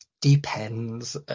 depends